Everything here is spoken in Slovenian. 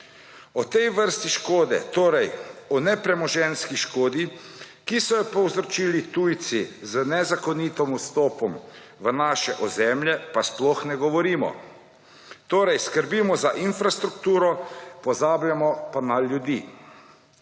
O tej vrsti škode, torej o nepremoženjski škodi, ki so jo povzročili tujci z nezakonitim vstopom v naše ozemlje, pa sploh ne govorimo. Torej, skrbimo za infrastrukturo, pozabljamo pa na ljudi.